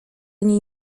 niej